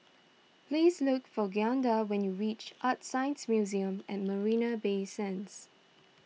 please look for Glynda when you reach ArtScience Museum at Marina Bay Sands